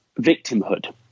victimhood